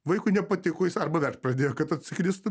vaikui nepatiko jis arba verkt pradėjo kad atsiknistų